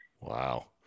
Wow